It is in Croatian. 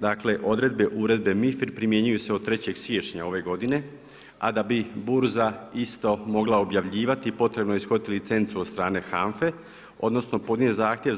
Dakle odredbe Uredbe MIFIR primjenjuju se od 3. siječnja ove godine, a da bi burza isto mogla objavljivati potrebno je ishoditi licencu od strane HANFA-e odnosno podnijet zahtjev